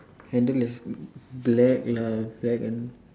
handle is black lah black and